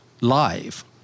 live